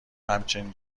همچین